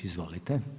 Izvolite.